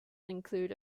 include